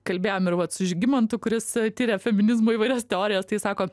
kalbėjom ir vat su žygimantu kuris tiria feminizmo įvairias teorijas tai sako